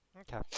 Okay